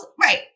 Right